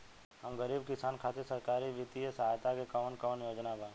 हम गरीब किसान खातिर सरकारी बितिय सहायता के कवन कवन योजना बा?